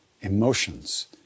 emotions